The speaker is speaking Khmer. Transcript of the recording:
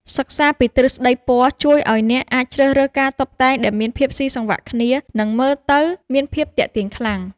សិក្សាពីទ្រឹស្ដីពណ៌ជួយឱ្យអ្នកអាចជ្រើសរើសការតុបតែងដែលមានភាពស៊ីសង្វាក់គ្នា និង មើលទៅមានភាពទាក់ទាញខ្លាំង។